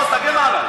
נתתי דוגמה.